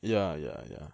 ya ya ya